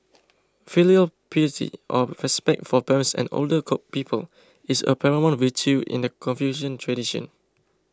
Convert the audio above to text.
filial piety or respect for parents and older people is a paramount virtue in the Confucian tradition